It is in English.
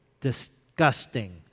disgusting